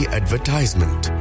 advertisement